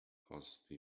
خواستی